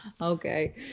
okay